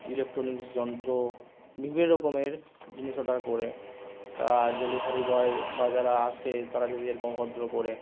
electronics যন্ত্র বিভিন্ন রকমের জিনিস অর্ডার করে তা ডেলিভারি বয় বা যারা আসে তারা যদি এরকম অভদ্র করে